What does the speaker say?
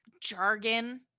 jargon